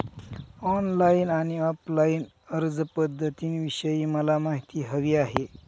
online आणि offline अर्जपध्दतींविषयी मला माहिती हवी आहे